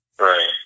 Right